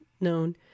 known